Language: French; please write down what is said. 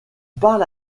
parle